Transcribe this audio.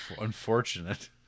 unfortunate